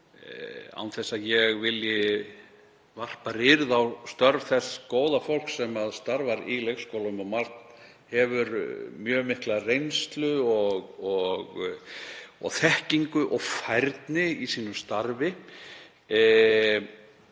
án þess að ég vilji varpa rýrð á störf þess góða fólks sem starfar í leikskólum og hefur margt mjög mikla reynslu og þekkingu og færni í sínu starfi